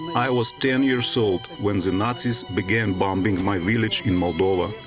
i was ten years old when the nazis began bombing my village in mobolla,